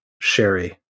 sherry